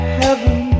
heaven